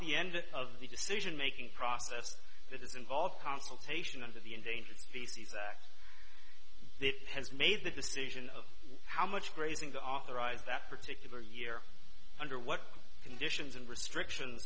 the end of the decision making process that has involved consultation under the endangered species act it has made the decision of how much grazing to authorize that particular year under what conditions and restrictions